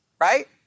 Right